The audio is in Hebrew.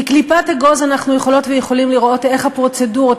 בקליפת אגוז אנחנו יכולות ויכולים לראות איך הפרוצדורות,